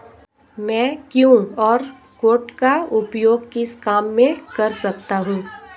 मैं QR code का उपयोग किस काम में कर सकता हूं?